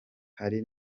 hari